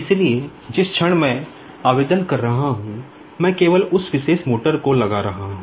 इसलिए जिस क्षण मैं आवेदन कर रहा हूं मैं केवल उस विशेष मोटर को लगा रहा हूं